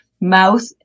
mouth